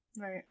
right